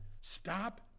stop